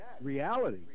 reality